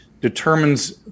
determines